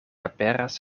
aperas